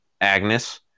Agnes